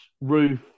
Ruth